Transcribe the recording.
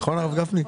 נכון, הרב גפני?